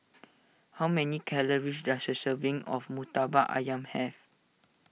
how many calories does a serving of Murtabak Ayam have